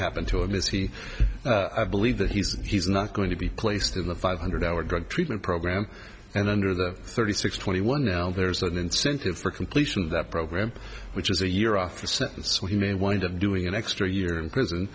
happen to him is he i believe that he's he's not going to be placed in the five hundred hour drug treatment program and under the thirty six twenty one now there's an incentive for completion of that program which is a year off the sentence where he may wind up doing an extra year in prison